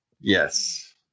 Yes